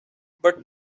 but